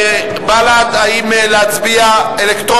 האם להצביע?